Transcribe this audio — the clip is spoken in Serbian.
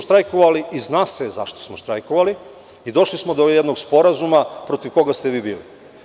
Štrajkovali smo i zna se zašto smo štrajkovali i došli smo do jednog sporazuma protiv koga ste vi bili.